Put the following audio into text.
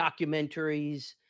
documentaries